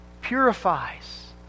purifies